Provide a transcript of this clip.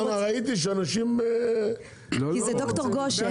כי זה ד"ר גושן.